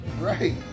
Right